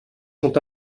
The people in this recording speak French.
sont